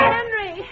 Henry